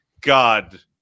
God